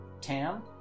Tam